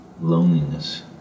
loneliness